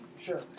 Sure